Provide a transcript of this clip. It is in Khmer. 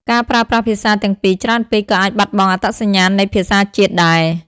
ការប្រើប្រាស់ភាសាទាំងពីរច្រើនពេកក៏អាចបាត់បង់អត្តសញ្ញាណនៃភាសាជាតិដែរ។